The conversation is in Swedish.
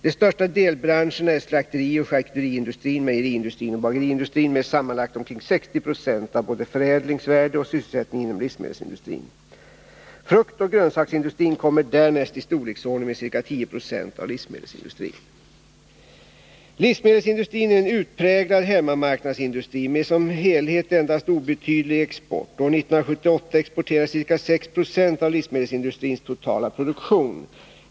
De största delbranscherna är slakterioch charkuteriindustrin, mejeriindustrin och bageriindustrin med sammanlagt omkring 60 20 av både förädlingsvärde och sysselsättning inom livsmedelsindustrin. Fruktoch grönsaksindustrin kommer därnäst i storleksordning med ca 1096 av livsmedelsindustrin. Livsmedelsindustrin är en utpräglad hemmamarknadsindustri med som helhet endast obetydlig export; år 1978 exporterades ca 6 70 av livsmedelsindustrins totala produktion.